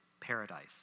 paradise